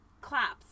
claps